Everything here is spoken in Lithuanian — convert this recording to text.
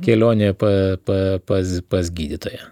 kelionė pa pa pas pas gydytoją